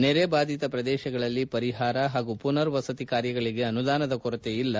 ನೆರೆ ಬಾಧಿತ ಪ್ರದೇಶಗಳಲ್ಲಿ ಪರಿಹಾರ ಹಾಗೂ ಮನರ್ವಸತಿ ಕಾರ್ಯಗಳಿಗೆ ಅನುದಾನದ ಕೊರತೆ ಇಲ್ಲ